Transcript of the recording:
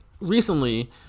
recently